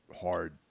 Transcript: hard